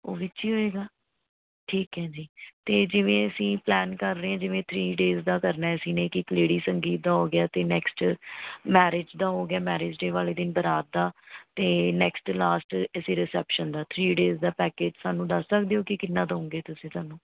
ਉਹ ਵਿੱਚੇ ਹੋਏਗਾ ਠੀਕ ਹੈ ਜੀ ਅਤੇ ਜਿਵੇਂ ਅਸੀਂ ਪਲੈਨ ਕਰ ਰਹੇ ਜਿਵੇਂ ਥ੍ਰੀ ਡੇਜ਼ ਦਾ ਕਰਨਾ ਅਸੀਂ ਲੇਡੀਜ਼ ਸੰਗੀਤ ਦਾ ਹੋ ਗਿਆ ਅਤੇ ਨੈਕਸਟ ਮੈਰਿਜ਼ ਦਾ ਹੋ ਗਿਆ ਮੈਰਿਜ ਡੇ ਵਾਲੇ ਦਿਨ ਬਰਾਤ ਦਾ ਅਤੇ ਨੈਕਸਟ ਲਾਸਟ ਅਸੀਂ ਰਿਸੈਪਸ਼ਨ ਦਾ ਥ੍ਰੀ ਡੇਜ਼ ਦਾ ਪੈਕੇਜ ਸਾਨੂੰ ਦੱਸ ਸਕਦੇ ਹੋ ਕਿ ਕਿੰਨਾਂ ਦਊਂਗੇ ਤੁਸੀਂ ਸਾਨੂੰ